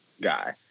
guy